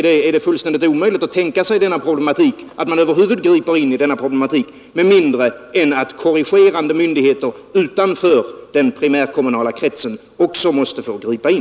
Det är fullständigt omöjligt att tänka sig att man griper in i denna problematik med mindre än att korrigerande myndigheter utanför den primärkommunala kretsen också får gripa in.